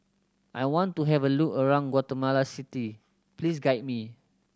I want to have a look around Guatemala City please guide me